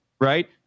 right